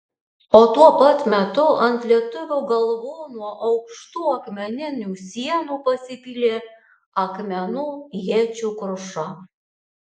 o tuo pat metu ant lietuvių galvų nuo aukštų akmeninių sienų pasipylė akmenų iečių kruša